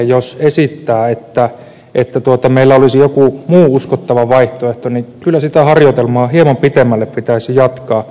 jos esittää että meillä olisi joku muu uskottava vaihtoehto niin kyllä sitä harjoitelmaa hieman pitemmälle pitäisi jatkaa